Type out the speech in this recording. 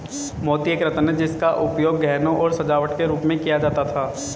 मोती एक रत्न है जिसका उपयोग गहनों और सजावट के रूप में किया जाता था